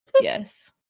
Yes